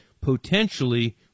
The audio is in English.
potentially